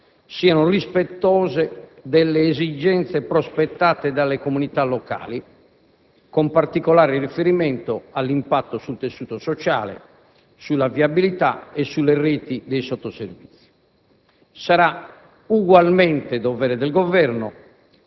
vigilare affinché le opere che verranno realizzate siano rispettose delle esigenze prospettate dalle comunità locali, con particolare riferimento all'impatto sul tessuto sociale, sulla viabilità e sulle reti dei sottoservizi.